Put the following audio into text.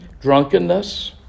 Drunkenness